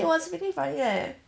it was freaking funny leh